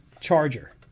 charger